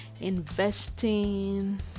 Investing